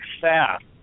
fast